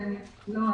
לא,